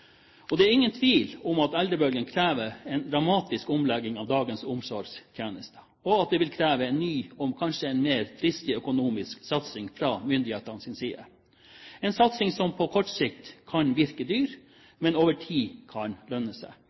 omsorgsteknologi. Det er ingen tvil om at eldrebølgen krever en dramatisk omlegging av dagens omsorgstjenester, og at det vil kreve en ny og kanskje mer dristig økonomisk satsing fra myndighetenes side – en satsing som på kort sikt kan virke dyr, men som over tid kan lønne seg.